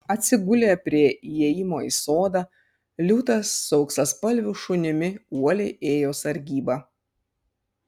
atsigulę prie įėjimo į sodą liūtas su auksaspalviu šunimi uoliai ėjo sargybą